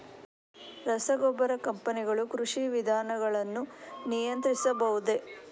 ರಸಗೊಬ್ಬರ ಕಂಪನಿಗಳು ಕೃಷಿ ವಿಧಾನಗಳನ್ನು ನಿಯಂತ್ರಿಸಬಹುದೇ?